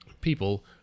people